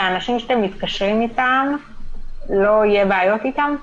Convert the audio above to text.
שהאנשים שאתם מתקשרים איתם לא יהיו בעיות איתם?